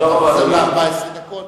חוזר ל-14 דקות.